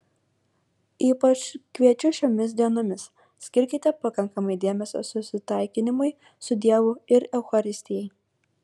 ypač kviečiu šiomis dienomis skirkite pakankamai dėmesio susitaikinimui su dievu ir eucharistijai